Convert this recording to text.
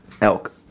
Elk